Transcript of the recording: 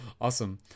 Awesome